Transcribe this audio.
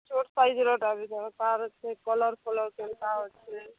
ଛୋଟ୍ ସାଇଜ୍ରଟାର ଏଇଚା ବି ଦେବ ତାର ଯେ କଲର୍ଫଲର୍ ଯେନ୍ତା ଅଛି